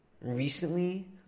recently